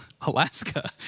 Alaska